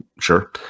Sure